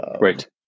right